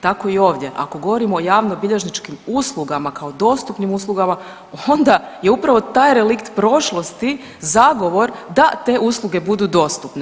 Tako i ovdje, ako govorimo o javnobilježničkim uslugama kao dostupnim uslugama, onda je upravo taj relikt prošlosti zagovor da te usluge budu dostupne.